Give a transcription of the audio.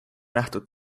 nähtud